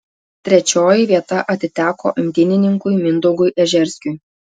trečioji vieta atiteko imtynininkui mindaugui ežerskiui